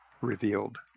revealed